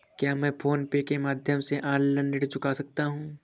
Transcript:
क्या मैं PhonePe के माध्यम से ऑनलाइन ऋण चुका सकता हूँ?